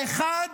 האחד